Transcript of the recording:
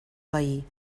veí